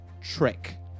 Trick